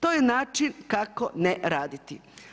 To je način kako ne raditi.